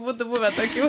būtų buvę tokių